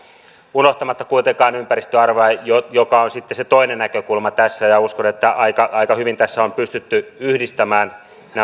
unohtamatta kuitenkaan ympäristöarvoja joka joka on sitten se toinen näkökulma tässä ja uskon että aika aika hyvin tässä on pystytty yhdistämään